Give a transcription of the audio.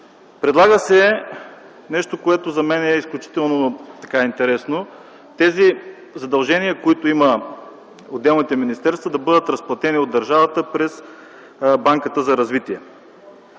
Предлага се нещо, което за мен е изключително интересно – тези задължения, които имат отделните министерства, да бъдат разплатени от държавата през Банката за развитие.